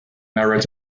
narrate